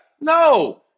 No